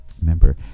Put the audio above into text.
remember